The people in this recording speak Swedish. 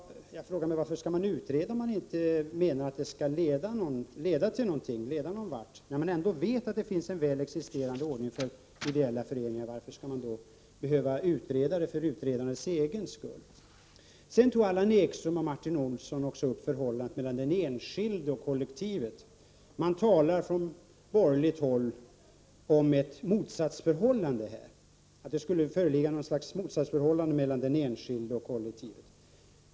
Men varför skall man utreda om man inte vill att det skall leda till något? Det finns ju en existerande ordning för ideella föreningar, och då är det ju onödigt att utreda enbart för utredandets egen skull. Allan Ekström och Martin Olsson tog vidare upp frågan om förhållandet mellan den enskilde och kollektivet. Från borgerligt håll talas det om att det skulle föreligga något slags motsatsförhållande mellan den enskilde och kollektivet.